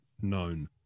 known